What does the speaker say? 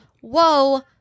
whoa